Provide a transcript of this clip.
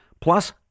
plus